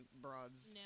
broads